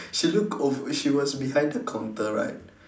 she looked over she was behind the counter right